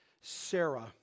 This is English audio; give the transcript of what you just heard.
Sarah